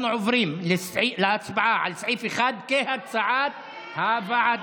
אנחנו עוברים להצבעה על סעיף 1 כהצעת הוועדה.